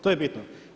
To je bitno.